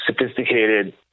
sophisticated